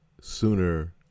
sooner